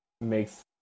makes